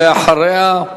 אחריה,